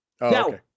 now